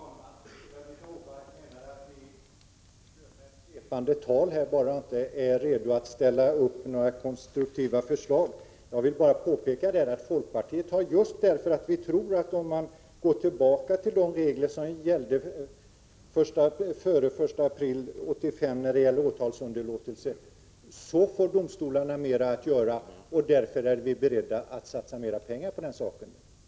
Fru talman! Ulla-Britt Åbark menade att vi använder svepande formuleringar och inte är beredda att ställa upp några konstruktiva förslag. Jag vill bara påpeka att folkpartiet tror att om man går tillbaka till de regler för åtalsunderlåtelse som gällde före den 1 april 1985 så får domstolarna mer att göra, och därför är vi beredda att satsa mera pengar på den saken.